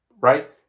right